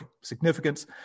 significance